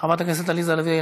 חברת כנסת עליזה לביא,